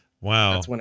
Wow